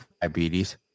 Diabetes